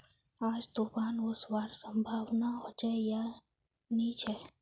आज तूफ़ान ओसवार संभावना होचे या नी छे?